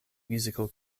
musical